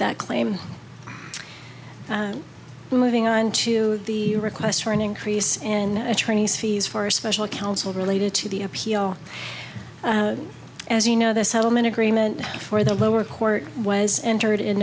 that claim moving on to the request for an increase in attorney's fees for special counsel related to the appeal as you know the settlement agreement for the lower court was entered in